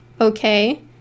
okay